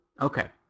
Okay